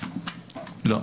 לא.